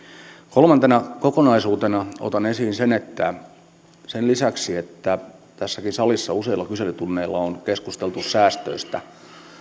kolmantena kokonaisuutena otan esiin sen että sen lisäksi että tässäkin salissa useilla kyselytunneilla on keskusteltu säästöistä